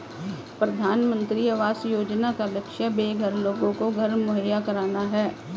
प्रधानमंत्री आवास योजना का लक्ष्य बेघर लोगों को घर मुहैया कराना है